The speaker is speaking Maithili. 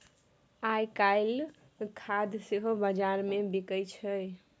आयकाल्हि खाद सेहो बजारमे बिकय छै